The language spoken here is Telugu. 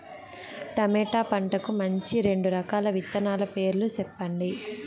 టమోటా పంటకు మంచి రెండు రకాల విత్తనాల పేర్లు సెప్పండి